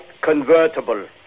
convertible